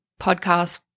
podcast